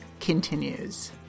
continues